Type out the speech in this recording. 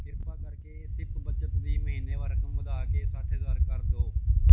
ਕ੍ਰਿਪਾ ਕਰਕੇ ਸਿਪ ਬੱਚਤ ਦੀ ਮਹੀਨੇਵਾਰ ਰਕਮ ਵਧਾ ਕੇ ਸੱਠ ਹਜ਼ਾਰ ਕਰ ਦੋ